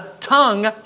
tongue